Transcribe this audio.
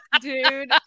Dude